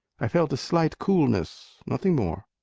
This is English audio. i felt a slight coolness, nothing more.